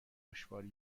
دشواری